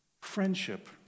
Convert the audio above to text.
friendship